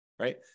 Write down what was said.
Right